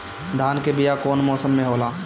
धान के बीया कौन मौसम में होला?